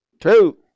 two